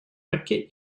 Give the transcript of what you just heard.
йорке